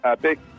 big